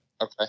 Okay